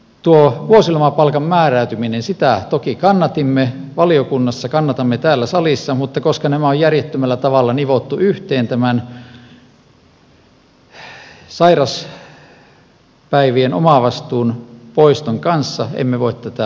tuota vuosilomapalkan määräytymistä toki kannatimme valiokunnassa kannatamme täällä salissa mutta koska nämä on järjettömällä tavalla nivottu yhteen tämän sairauspäivien omavastuun poiston kanssa emme voi tätä lakiesitystä kokonaisuutena kannattaa